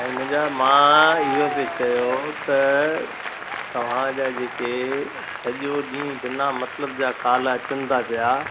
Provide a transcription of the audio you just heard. साईं मुंहिंजा मां इहो पिए चयो त तव्हां जा जेके सॼो ॾींहुं बिना मतिलब जा काल अचनि था पिया